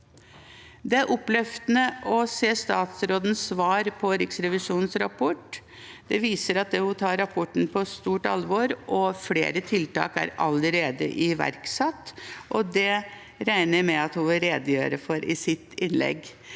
Det er oppløftende å se statsrådens svar på Riksrevisjonens rapport. Det viser at hun tar rapporten på stort alvor. Flere tiltak er allerede iverksatt, og det regner jeg med at hun vil redegjøre for i sitt innlegg.